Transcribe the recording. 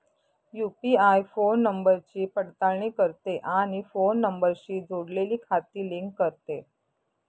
UPI phone नंबरची पडताळणी करते आणि फोन नंबरशी जोडलेली खाती लिंक करते